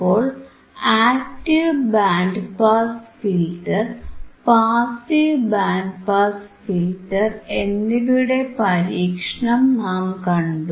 അപ്പോൾ active band pass filter passive band pass filter എന്നിവയുടെ പരീക്ഷണം നാം കണ്ടു